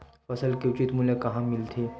फसल के उचित मूल्य कहां मिलथे?